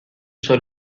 suo